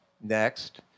next